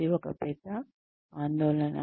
అది ఒక పెద్ద ఆందోళన